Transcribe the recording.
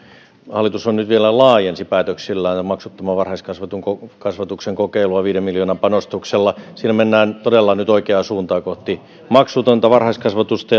hallitus nyt vielä laajensi päätöksillään maksuttoman varhaiskasvatuksen kokeilua viiden miljoonan panostuksella siinä mennään todella nyt oikeaa suuntaa kohti maksutonta varhaiskasvatusta